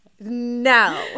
no